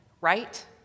right